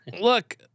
look